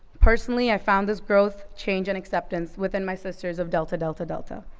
personally i found this growth, change, and acceptance within my sisters of delta delta delta.